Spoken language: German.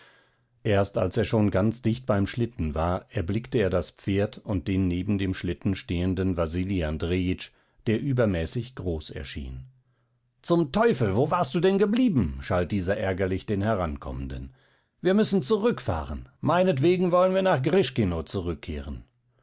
erst als er schon ganz dicht beim schlitten war erblickte er das pferd und den neben dem schlitten stehenden wasili andrejitsch der übermäßig groß erschien zum teufel wo warst du denn geblieben schalt dieser ärgerlich den herankommenden wir müssen zurückfahren meinetwegen wollen wir nach grischkino zurückkehren